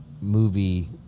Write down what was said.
movie